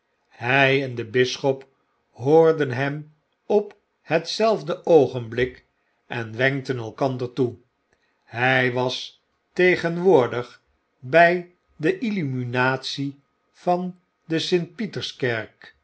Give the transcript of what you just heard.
hg en de bisschop hoorden hem op hetzelfde oogenblik en wenkten elkander toe hg was tegenwoordig bij die illuminatie van de